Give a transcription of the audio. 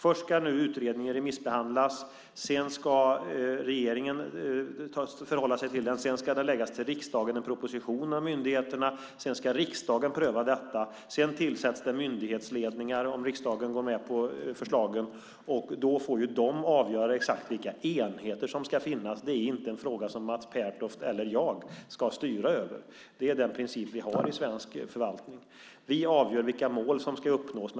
Först ska utredningen remissbehandlas, och därefter ska regeringen förhålla sig till den. Sedan ska det läggas fram en proposition om myndigheterna till riksdagen. Därefter ska riksdagen pröva detta, och sedan tillsätts myndighetsledningar om riksdagen går med förslagen. Därefter får de avgöra exakt vilka enheter som ska finnas. Det är inte en fråga som Mats Pertoft eller jag ska styra och ställa över. Det är den princip vi har i svensk förvaltning. Vi avgör vilka mål som ska uppnås.